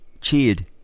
cheered